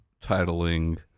titling